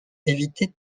éviter